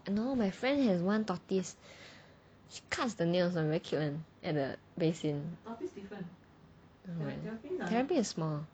you know my friend has one tortoise she cuts the nails very cute [one] at the basin terrapin is small